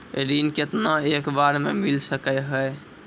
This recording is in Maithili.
ऋण केतना एक बार मैं मिल सके हेय?